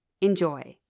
Enjoy